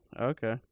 Okay